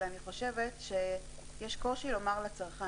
אבל אני חושבת שיש קושי לומר "לצרכן".